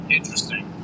Interesting